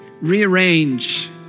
Rearrange